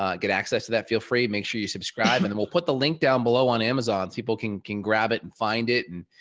ah get access to that. feel free, make sure you subscribe and then we'll put the link down below on amazon so people can can grab it and find it and,